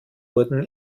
wurden